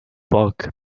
bug